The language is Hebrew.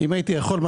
אם הייתי יכול,